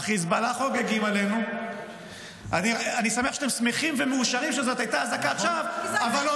במקרה, זה היה אזעקת שווא.